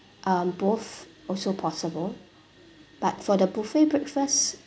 um both also possible but for the buffet breakfast